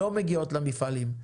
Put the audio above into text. לא מגיעות למפעלים.